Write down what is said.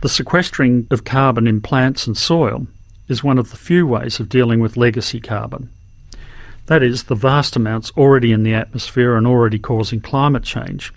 the sequestering of carbon in plants and soil is one of the few ways of dealing with legacy carbon that is the vast amounts already in the atmosphere and already causing climate change